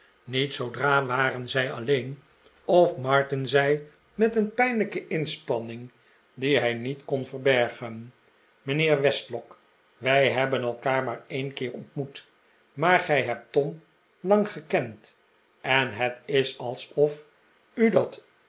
niet zoodra waren zij alleen of martin zei met een pijnlijke inspanning die hij niet kon verbergen mijnheer westlock wij hebben elkaar maar een keer ontmoet maar gij hebt tom lang gekend en het is alsof u dat